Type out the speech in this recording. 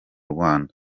rwanda